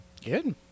Good